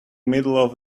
middle